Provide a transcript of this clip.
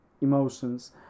emotions